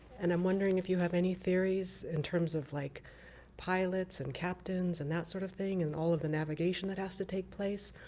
and i'm wondering if you have any theories, in terms of like pilots and captains and that sort of thing, and all of the navigation that has to take place,